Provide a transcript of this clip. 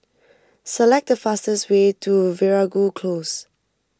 select the fastest way to Veeragoo Close